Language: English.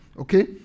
Okay